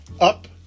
up